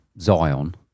Zion